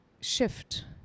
shift